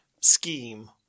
scheme